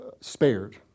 spared